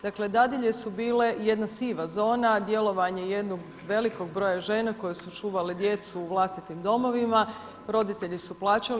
Dakle, dadilje su bile jedna siva zona, djelovanje jednog velikog broja žena koje su čuvale djecu u vlastitim domovima, roditelji su plaćali.